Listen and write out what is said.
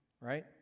Right